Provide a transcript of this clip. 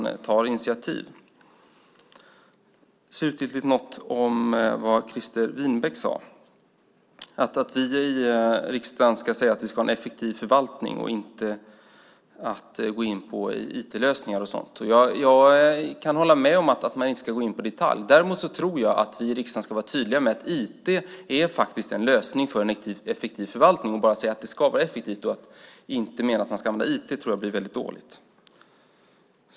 Christer Winbäck sade att vi i riksdagen ska säga att vi ska ha en effektiv förvaltning men inte gå in på IT-lösningar och sådant. Jag kan hålla med om att man inte ska gå in på det i detalj. Däremot tror jag att vi i riksdagen ska vara tydliga med att IT faktiskt är en lösning för en effektiv förvaltning. Att bara säga att det ska vara effektivt och inte mena att man ska använda IT tror jag blir väldigt dåligt.